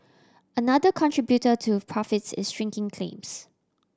another contributor to profits is shrinking claims